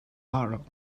barrel